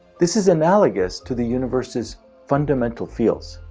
this is analogous to the universe's fundamental fields.